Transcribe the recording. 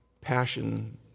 passion